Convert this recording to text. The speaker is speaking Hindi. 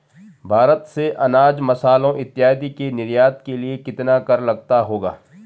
भारत से अनाज, मसालों इत्यादि के निर्यात के लिए कितना कर लगता होगा?